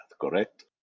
correct